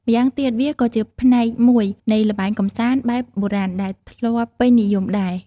ម៉្យាងទៀតវាក៏ជាផ្នែកមួយនៃល្បែងកំសាន្តបែបបុរាណដែលធ្លាប់ពេញនិយមដែរ។